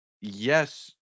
yes